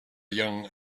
young